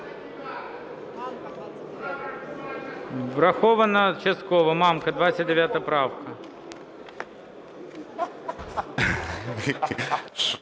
Врахована частково. Мамка, 29 правка.